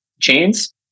chains